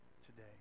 today